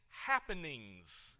happenings